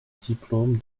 diplôme